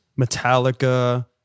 Metallica